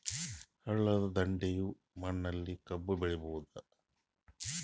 ಹಳ್ಳದ ದಂಡೆಯ ಮಣ್ಣಲ್ಲಿ ಕಬ್ಬು ಬೆಳಿಬೋದ?